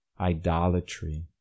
idolatry